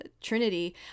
Trinity